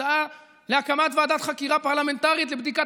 הצעה להקמת ועדת חקירה פרלמנטרית לבדיקת